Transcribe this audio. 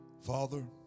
Father